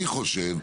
אני חושב,